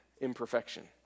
imperfection